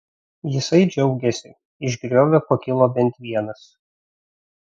jisai džiaugėsi iš griovio pakilo bent vienas